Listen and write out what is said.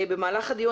במהלך הדיון,